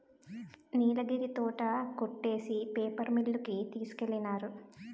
నీలగిరి తోట కొట్టేసి paper mill కి తోలికెళ్ళినారు